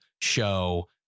show